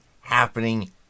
happening